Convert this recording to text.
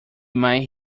might